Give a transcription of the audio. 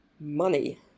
money